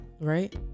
right